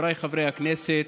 חבריי חברי הכנסת,